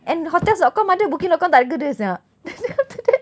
and hotels dot com ada booking dot com tak ada sia then after that